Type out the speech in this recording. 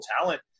talent